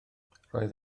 roedd